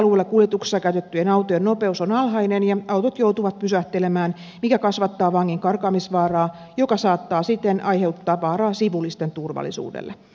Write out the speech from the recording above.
kaupunkialueella kuljetuksessa käytettyjen autojen nopeus on alhainen ja autot joutuvat pysähtelemään mikä kasvattaa vangin karkaamisvaaraa joka saattaa siten aiheuttaa vaaraa sivullisten turvallisuudelle